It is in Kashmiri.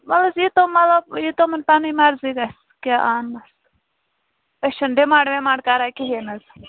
وَلہٕ حظ یہِ تۄہہِ مطلب یہِ تِمَن پَنٕنۍ مَرضی گژھِ کیٛاہ انٛنَس أسۍ چھِنہٕ ڈِمانٛڈ وِمانٛڈ کَران کِہیٖنٛۍ حظ